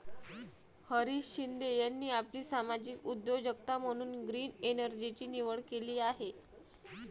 हरीश शिंदे यांनी आपली सामाजिक उद्योजकता म्हणून ग्रीन एनर्जीची निवड केली आहे